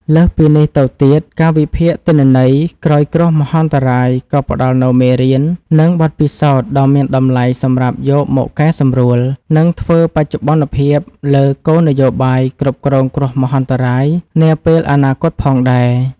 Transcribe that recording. លើសពីនេះទៅទៀត ការវិភាគទិន្នន័យក្រោយគ្រោះមហន្តរាយក៏ផ្តល់នូវមេរៀន និងបទពិសោធន៍ដ៏មានតម្លៃសម្រាប់យកមកកែសម្រួល និងធ្វើបច្ចុប្បន្នភាពលើគោលនយោបាយគ្រប់គ្រងគ្រោះមហន្តរាយនាពេលអនាគតផងដែរ។